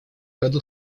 году